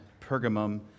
Pergamum